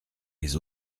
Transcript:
les